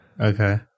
Okay